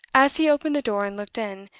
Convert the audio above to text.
as he opened the door and looked in,